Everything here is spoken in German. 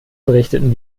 berichten